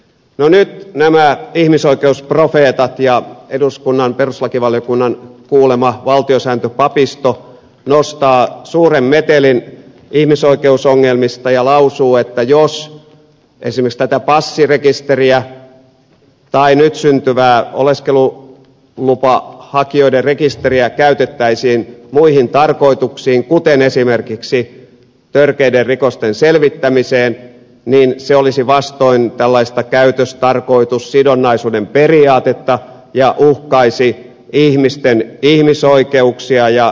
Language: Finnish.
no nyt nämä ihmisoikeusprofeetat ja eduskunnan perustuslakivaliokunnan kuulema valtiosääntöpapisto nostavat suuren metelin ihmisoikeusongelmista ja lausuvat että jos esimerkiksi tätä passirekisteriä tai nyt syntyvää oleskelulupahakijoiden rekisteriä käytettäisiin muihin tarkoituksiin kuten esimerkiksi törkeiden rikosten selvittämiseen niin se olisi vastoin tällaista käytöstarkoitussidonnaisuuden periaatetta ja uhkaisi ihmisten ihmisoikeuksia ja yksityisyyden suojaa